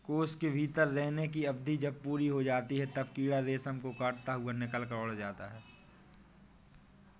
कोश के भीतर रहने की अवधि जब पूरी हो जाती है, तब कीड़ा रेशम को काटता हुआ निकलकर उड़ जाता है